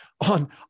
on